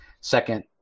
second